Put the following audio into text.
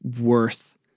worth